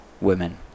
women